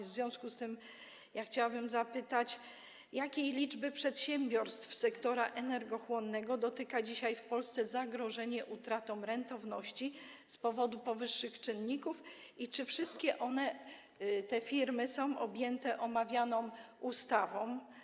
W związku z tym chciałabym zapytać: Jakiej liczby przedsiębiorstw sektora energochłonnego dzisiaj w Polsce dotyka zagrożenie utratą rentowności z powodu powyższych czynników i czy wszystkie te firmy są objęte omawianą ustawą?